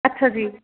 ਅੱਛਾ ਜੀ